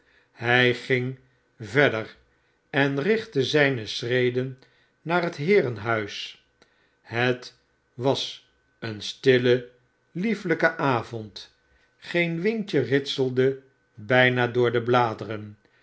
hij ging verder en richtte zijne schreden naar het heerenhuis het was een stille liefelijke avond geen windje ritselde bijnadoor de bladeren